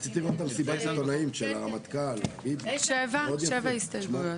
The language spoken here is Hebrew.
7 הסתייגויות.